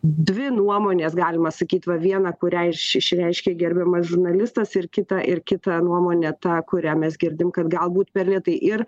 dvi nuomones galima sakyt va vieną kurią iš išreiškė gerbiamas žurnalistas ir kitą ir kitą nuomonę tą kurią mes girdim kad galbūt per lėtai ir